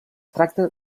tracta